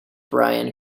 brian